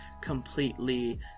completely